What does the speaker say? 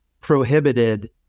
prohibited